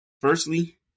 Firstly